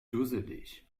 dusselig